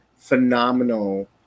phenomenal